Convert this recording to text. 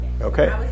Okay